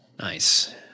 nice